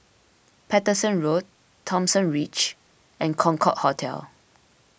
Paterson Road Thomson Ridge and Concorde Hotel